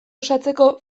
osatzeko